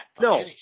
No